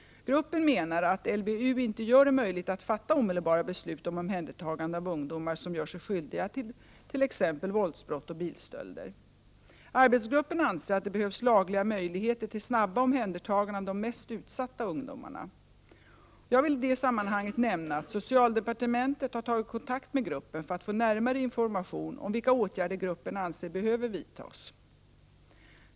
Gruppen menar att LVU inte gör det möjligt att fatta omedelbara beslut om omhändertagande av ungdomar som gör sig skyldiga tillt.ex. våldsbrott och bilstölder. Arbetsgruppen anser att det behövs lagliga möjligheter till snabba omhändertaganden av de mest utsatta ungdomarna. Jag vill i detta sammanhang nämna att socialdepartementet har tagit kontakt med gruppen för att få närmare information om vilka åtgärder gruppen anser behöver vidtas.